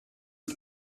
out